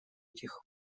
этих